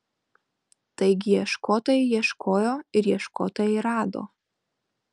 taigi ieškotojai ieškojo ir ieškotojai rado